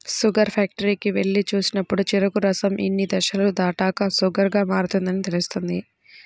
sugar ఫ్యాక్టరీకి వెళ్లి చూసినప్పుడు చెరుకు రసం ఇన్ని దశలు దాటాక షుగర్ గా మారుతుందని తెలుస్తుంది